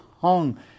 hung